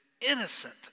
innocent